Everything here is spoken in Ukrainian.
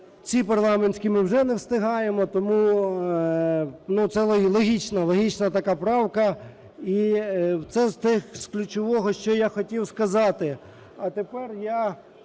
ці парламентські ми вже не встигаємо, тому, ну, це логічна, логічна така правка. І це з ключового, що я хотів сказати.